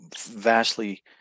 vastly